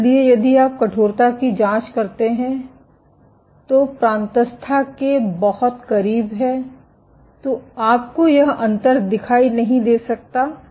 इसलिए यदि आप कठोरता की जांच करते हैं जो प्रांतस्था के बहुत करीब है तो आपको यह अंतर दिखाई नहीं दे सकता है